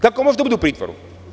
Kako može da bude u pritvoru?